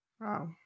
Wow